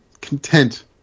content